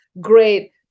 great